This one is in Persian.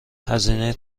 هزینه